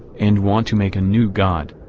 and want to make a new god.